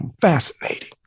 Fascinating